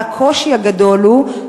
הקושי הגדול הוא,